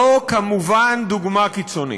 זו כמובן דוגמה קיצונית.